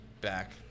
back